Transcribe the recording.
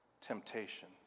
temptation